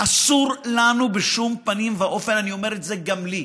אסור לנו בשום פנים ואופן, אני אומר את זה גם לי,